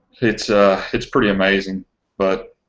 it's a it's pretty amazing but